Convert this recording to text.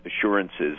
assurances